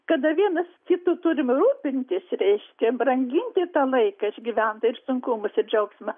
kada vienas kitu turim rūpintis reiškia branginti tą laiką išgyventą ir sunkumus ir džiaugsmą